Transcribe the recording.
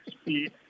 speed